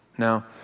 Now